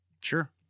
sure